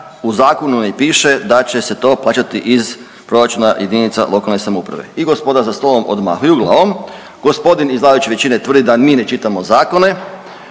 u zakonu ne piše da će se to plaćati iz proračuna jedinica lokalne samouprave i gospoda za stolom odmahuju glavom,, g. iz vladajuće većine tvrdi da mi ne čitamo zakone,